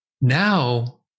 now